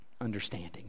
understanding